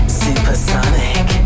supersonic